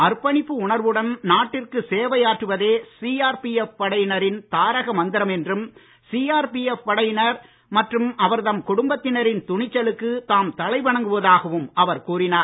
அர்ப்பணிப்பு உணர்வுடன் நாட்டிற்கு சேவை ஆற்றுவதே சிஆர்பிஎப் படையினரின் தாரக மந்திரம் என்றும் சிஆர்பிஎப் படையினர் மற்றும் அவர்தம் குடும்பத்தினரின் துணிச்சலுக்கு தாம் தலை வணங்குவதாகவும் அவர் கூறினார்